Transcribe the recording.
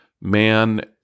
man